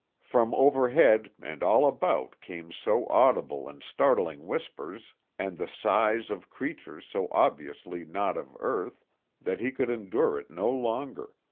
from overhead and all about came so audible and startling whispers and the sighs of creatures so obviously not of earth that he could endure it no longer,